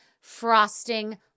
frosting